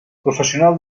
professional